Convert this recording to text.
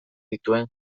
dituen